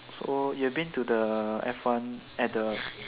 so you been to the F one at the